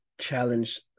challenge